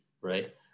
right